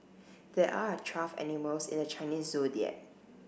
there are twelve animals in the Chinese Zodiac